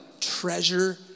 treasure